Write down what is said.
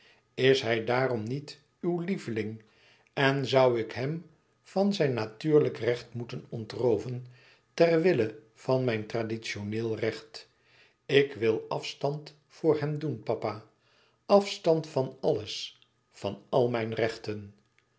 is hij daarom niet uw lieveling en zoû ik hem van zijn natuurlijk recht moeten ontrooven ter wille van mijn traditioneel recht ik wil afstand voor hem doen papa afstand van alles van al mijn rechten